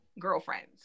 girlfriends